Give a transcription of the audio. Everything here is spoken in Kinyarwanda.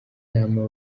inama